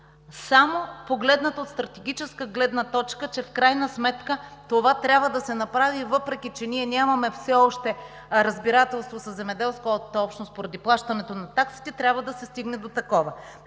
само погледнато от стратегическа гледна точка, че в крайна сметка това трябва да се направи, въпреки че ние нямаме все още разбирателство със земеделската общност поради плащането на таксите, трябва да се стигне до такова.